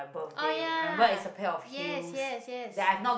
oh ya yes yes yes